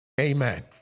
amen